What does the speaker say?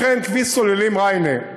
לכן כביש סוללים ריינה,